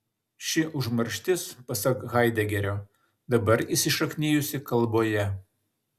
ši užmarštis pasak haidegerio dabar įsišaknijusi kalboje